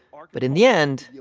ah but in the end,